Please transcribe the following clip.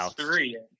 three